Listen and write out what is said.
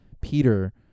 peter